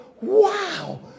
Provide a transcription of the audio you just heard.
Wow